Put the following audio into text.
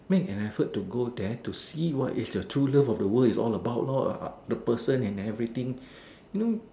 make an effort to go there to see what is your true love of the world is all about lor uh the person and everything you know